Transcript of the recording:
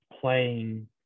playing